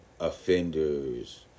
offenders